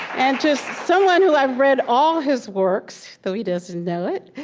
and just someone who i've read all his works, though he doesn't know it,